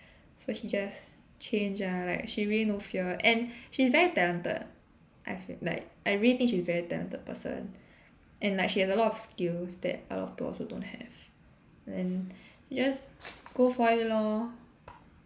so she just change ah like she really no fear and she's very talented I feel like I really think she's a very talented person and like she has a lot of skills that a lot of people also don't have then just go for it lor